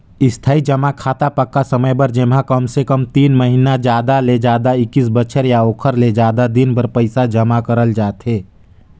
इस्थाई जमा खाता पक्का समय बर जेम्हा कमसे कम तीन महिना जादा ले जादा एक्कीस बछर या ओखर ले जादा दिन बर पइसा जमा करल जाथे